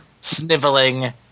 sniveling